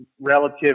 relative